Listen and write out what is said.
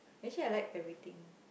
actually I like everything